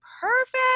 perfect